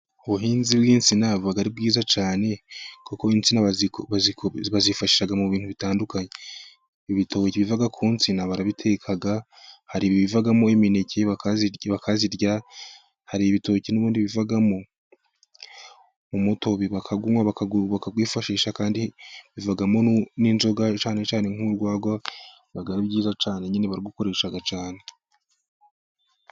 Ubuhinzi bw'insina buba ari bwiza cyane, kuko insina bazifashisha mu bintu bitandukanye. Ibitoki biva ku nsina barabiteka, hari bivamo imineke bakayirya, hari ibitoki n'ubundi bivamo umutobe bakawunywa, bakawifashisha, kandi biva mo n'inzoga cyane cyane nk'urwagwa, biba ari ibyiza cyane nyine, barawukoresha cyane